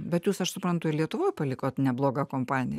bet jūs aš suprantu ir lietuvoj palikot neblogą kompaniją